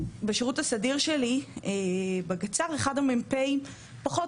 בשירות הסדיר שלי בגצ"ר אחד המ"פ פחות